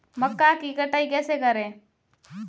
मक्का की कटाई कैसे करें?